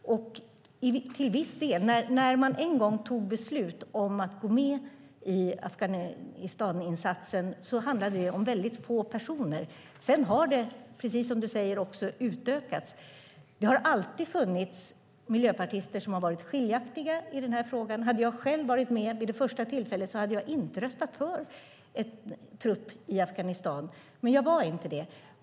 När man en gång tog beslut om att gå med i Afghanistaninsatsen handlade det om väldigt få personer. Sedan har det, precis som du säger, utökats. Det har alltid funnits miljöpartister som har varit skiljaktiga i den här frågan. Hade jag själv varit med vid det första tillfället hade jag inte röstat för trupp i Afghanistan, men jag var inte det.